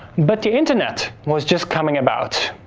but the internet was just coming about,